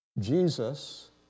Jesus